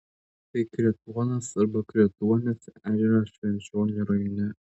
tai kretuonas arba kretuonis ežeras švenčionių rajone